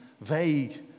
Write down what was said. vague